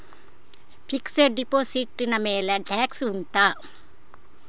fixed deposit ನ ಮೇಲೆ tax ಉಂಟಾ